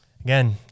Again